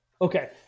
Okay